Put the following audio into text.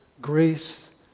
grace